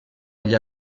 agli